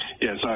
Yes